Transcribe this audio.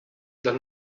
del